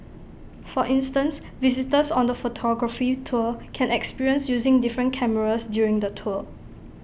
for instance visitors on the photography tour can experience using different cameras during the tour